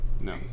No